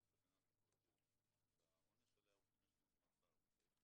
בחוק הגנת הפרטיות שהעונש עליה הוא עד חמש שנות מאסר.